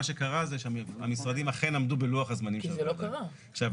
מה שקרה זה שהמשרדים אכן עמדו בלוח הזמנים שהוועדה קבעה,